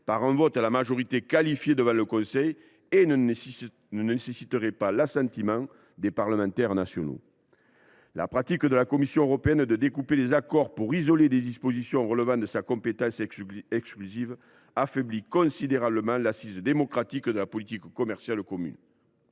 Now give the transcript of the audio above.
par un vote à la majorité qualifiée du Conseil et ne nécessiterait pas l’assentiment des parlements nationaux. La pratique de la Commission européenne de découper les accords pour isoler les dispositions relevant de sa compétence exclusive affaiblit considérablement l’assise démocratique de la politique commerciale commune.